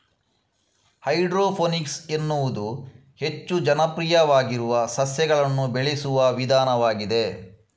hydroponics ಎನ್ನುವುದು ಹೆಚ್ಚು ಜನಪ್ರಿಯವಾಗಿರುವ ಸಸ್ಯಗಳನ್ನು ಬೆಳೆಸುವ ವಿಧಾನವಾಗಿದೆ